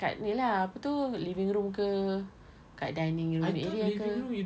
kat ni lah apa tu living room ke kat dining room area ke